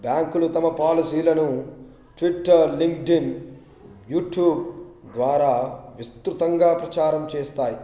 బ్యాంకులు తమ పాలసీలను ట్విట్టర్ లింక్డిన్ యూట్యూబ్ ద్వారా విస్తృతంగా ప్రచారం చేస్తాయి